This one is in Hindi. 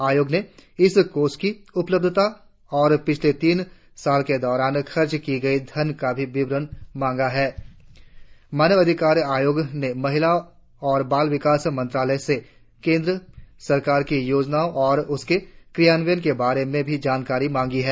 आयोग ने इस कोष की उपलब्धता और पिछले तीन साल के दौरान खर्च की गई धन का विवरण भी मांगा है मानव अधिकार आयोग ने महिला और बाल विकास मंत्रालय से केंद्र सरकार की योजनाओं और उसके क्रियान्वयन के बारे में जानकारी मांगी है